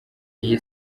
iyi